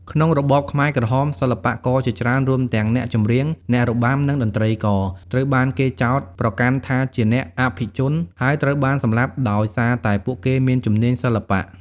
ក្នុងរបបខ្មែរក្រហម សិល្បករជាច្រើនរួមទាំងអ្នកចម្រៀង អ្នករបាំ និងតន្ត្រីករ ត្រូវបានគេចោទប្រកាន់ថាជាអ្នកអភិជន ហើយត្រូវបានសម្លាប់ដោយសារតែពួកគេមានជំនាញសិល្បៈ។